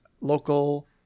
local